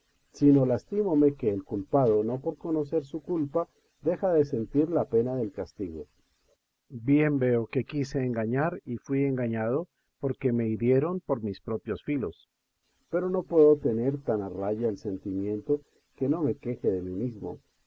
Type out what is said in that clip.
el alférez sino lastímome que el culpado no por conocer su culpa deja de sentir la pena del castigo bien veo que quise engañar y fui engañado porque me h irieron por mis propios filos pero no puedo tener tan a raya el sentimiento que no me queje de mí mismo